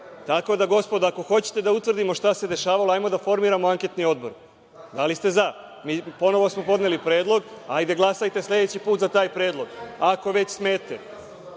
da, gospodo, ako hoćete da utvrdimo šta se dešavalo, hajde da formiramo anketni odbor. Da li ste za? Ponovo smo podneli predlog. Hajde glasajte sledeći put za taj predlog, ako već smete. Ja